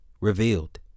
revealed